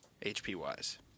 HP-wise